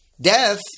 Death